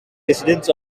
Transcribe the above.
residents